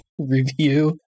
review